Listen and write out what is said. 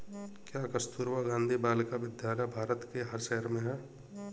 क्या कस्तूरबा गांधी बालिका विद्यालय भारत के हर शहर में है?